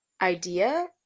idea